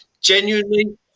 Genuinely –